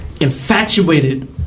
infatuated